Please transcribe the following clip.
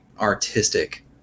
artistic